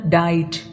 died